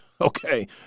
Okay